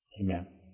Amen